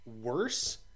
worse